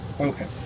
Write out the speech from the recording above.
okay